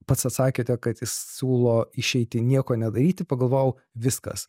pats atsakėte kad jis siūlo išeitį nieko nedaryti pagalvojau viskas